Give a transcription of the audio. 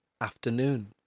afternoon